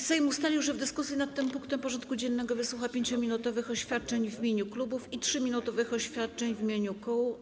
Sejm ustalił, że w dyskusji nad tym punktem porządku dziennego wysłucha 5-minutowych oświadczeń w imieniu klubów i 3-minutowych oświadczeń w imieniu kół.